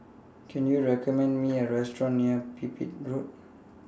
Can YOU recommend Me A Restaurant near Pipit Road